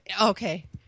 Okay